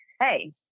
hey